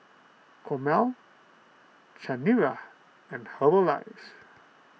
Chomel Chanira and Herbalife